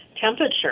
temperature